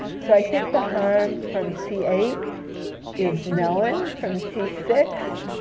so i think the harm from c eight is known. from c six,